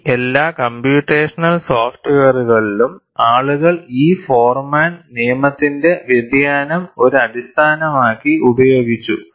ഈ എല്ലാ കമ്പ്യൂട്ടേഷണൽ സോഫ്റ്റ്വെയറുകളിലും ആളുകൾ ഈ ഫോർമാൻ നിയമത്തിന്റെ വ്യതിയാനം ഒരു അടിസ്ഥാനമായി ഉപയോഗിച്ചു